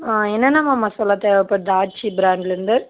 என்னான்னம்மா மசாலா தேவைப்படுது ஆச்சி ப்ராண்ட்லேருந்து